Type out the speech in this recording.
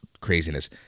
craziness